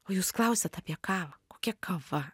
o jūs klausiat apie kavą kokia kava